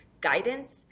guidance